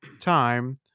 time